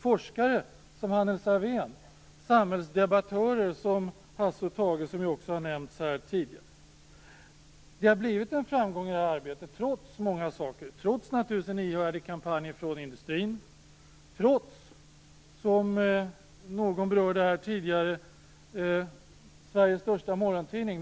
Forskare som Hannes Alfvén och samhällsdebattörer som Hasse och Tage har också nämnts här tidigare. Det har blivit en framgång i det här arbetet trots många saker - trots en ihärdig kampanj från industrin och trots en ihärdig kampanj från Sveriges största morgontidning, som någon berörde här tidigare.